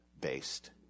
based